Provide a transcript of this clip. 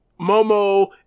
Momo